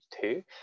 two